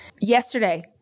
Yesterday